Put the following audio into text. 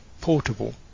portable